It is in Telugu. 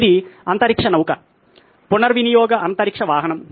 ఇది అంతరిక్ష నౌక పునర్వినియోగ అంతరిక్ష వాహనం